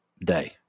day